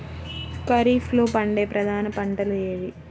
ఖరీఫ్లో పండే ప్రధాన పంటలు ఏవి?